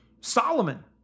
Solomon